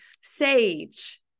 sage